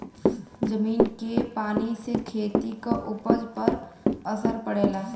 जमीन के पानी से खेती क उपज पर असर पड़ेला